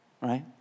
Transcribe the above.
right